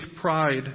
pride